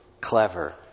clever